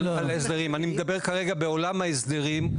אני מדבר כרגע בעולם ההסדרים.